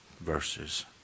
verses